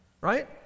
right